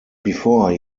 before